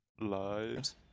lives